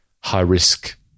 high-risk